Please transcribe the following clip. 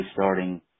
starting